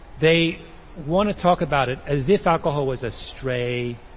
they want to talk about it as if alcohol was a stray,